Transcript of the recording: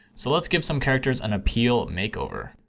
so let's give some characters an appeal makeover.